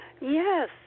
Yes